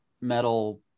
metal